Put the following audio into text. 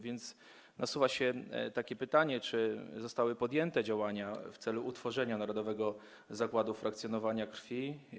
Więc nasuwa się takie pytanie, czy zostały podjęte działania w celu utworzenia narodowego zakładu frakcjonowania krwi.